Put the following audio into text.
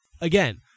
Again